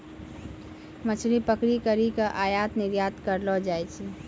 मछली पकड़ी करी के आयात निरयात करलो जाय छै